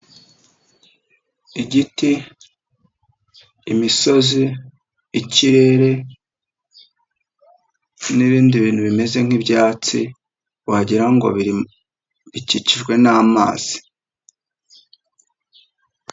Igiti, imisozi, ikirere ibindi bintu bimeze nk'ibyatsi wagirango ngo biri bikikijwe n'amazi.